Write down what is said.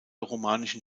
romanischen